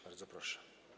Bardzo proszę.